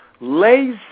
Lazy